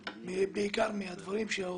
בעיקר מהדברים שנאמרו על ידי